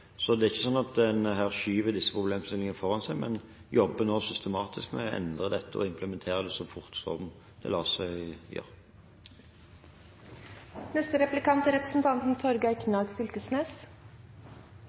Det er ikke slik at man her skyver disse problemstillingene foran seg. Man jobber systematisk med å endre dette og å implementere det så fort det lar seg gjøre. I denne saka er